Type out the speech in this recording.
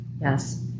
Yes